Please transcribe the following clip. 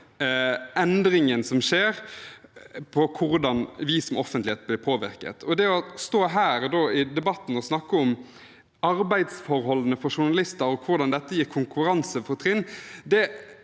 endringen som skjer i hvordan vi som offentlighet blir påvirket. Det å stå her i debatten og snakke om arbeidsforholdene for journalister og hvordan dette gir konkurransefortrinn